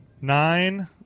Nine